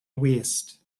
waste